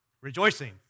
Rejoicing